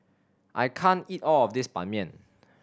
I can't eat all of this Ban Mian